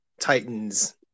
Titans